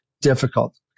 difficult